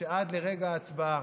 שעד לרגע ההצבעה